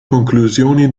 conclusioni